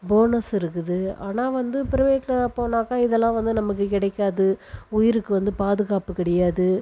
bonus இருக்குது ஆனால் வந்து பிரைவேட்டில் அப்படினாக்கா இதெல்லாம் வந்து நமக்கு கிடைக்காது உயிருக்கு வந்து பாதுகாப்பு கிடையாது